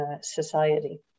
society